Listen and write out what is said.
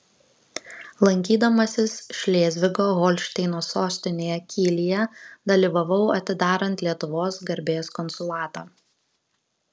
lankydamasis šlėzvigo holšteino sostinėje kylyje dalyvavau atidarant lietuvos garbės konsulatą